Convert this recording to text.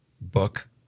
book